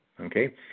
okay